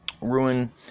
Ruin